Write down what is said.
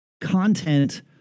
content